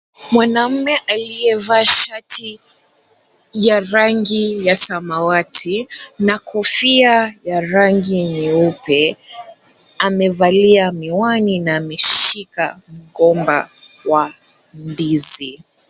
Mwanamme aliyevaa shati ya rangi ya samawati na kofia ya rangi nyeupe amevalia miwani na ameshika mgomba wa ndizi.